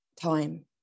time